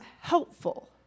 helpful